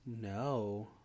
No